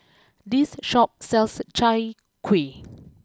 this Shop sells Chai Kuih